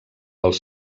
els